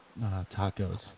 tacos